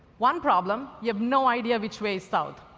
one problem you have no idea which way is south.